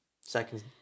Second